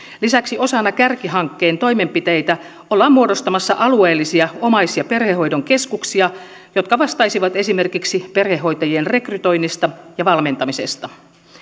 lisäksi osana kärkihankkeen toimenpiteitä ollaan muodostamassa alueellisia omais ja perhehoidon keskuksia jotka vastaisivat esimerkiksi perhehoitajien rekrytoinnista ja valmentamisesta